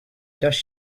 dust